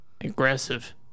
Aggressive